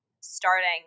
starting